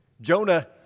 Jonah